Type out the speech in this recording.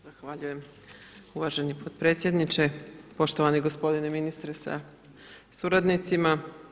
Zahvaljujem uvaženim potpredsjedniče, poštovani gospodine ministre sa suradnicima.